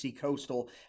Coastal